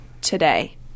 today